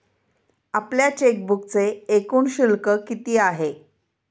आपल्या चेकबुकचे एकूण शुल्क किती आहे?